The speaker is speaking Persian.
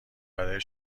برای